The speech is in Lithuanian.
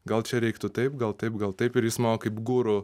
gal čia reiktų taip gal taip gal taip ir jis mano kaip guru